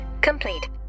complete